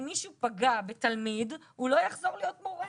אם מישהו פגע בתלמיד, הוא לא יחזור להיות מורה.